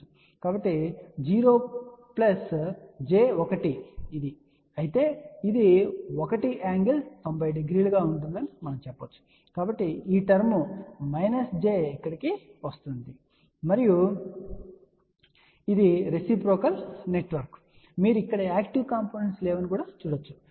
కాబట్టి 0 j 1 ఇది అయితే ఇది1 ㄥ 900 ఉంటుందని మీరు చెప్పగలరు కాబట్టి ఈ టర్మ్ j ఇక్కడకు వస్తుంది మరియు ఇది రెసిప్రోకల్ నెట్వర్క్ మీరు ఇక్కడ యాక్టివ్ కాంపోనెంట్స్ లేవని చూడవచ్చు